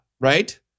right